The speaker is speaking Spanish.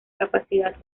capacidad